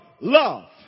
Love